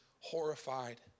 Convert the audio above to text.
horrified